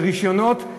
ורישיונות,